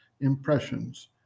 impressions